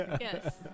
yes